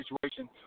situation